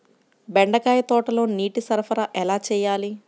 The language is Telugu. బెండకాయ తోటలో నీటి సరఫరా ఎలా చేయాలి?